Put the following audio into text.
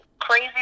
crazy